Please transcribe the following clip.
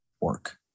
work